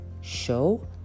Show